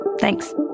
Thanks